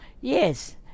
Yes